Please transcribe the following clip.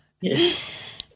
Yes